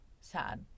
sad